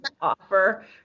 offer